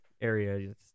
area